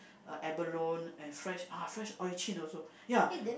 uh abalone and fresh ah fresh urchin also ya